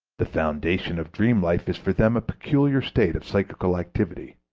the foundation of dream life is for them a peculiar state of psychical activity,